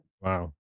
Wow